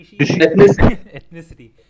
Ethnicity